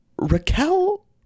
Raquel